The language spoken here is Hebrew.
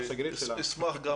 אתה השגריר שלנו ועאידה.